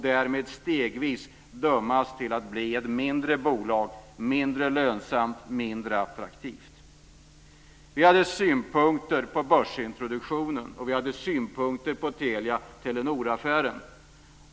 Då blir det ett mindre bolag som är mindre lönsamt och mindre attraktivt. Vi hade synpunkter på börsintroduktionen och på Telia-Telenor-affären.